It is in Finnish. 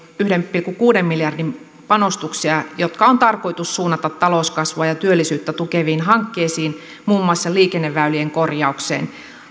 yhden pilkku kuuden miljardin panostuksia jotka on tarkoitus suunnata talouskasvua ja työllisyyttä tukeviin hankkeisiin muun muassa liikenneväylien korjaukseen